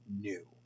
new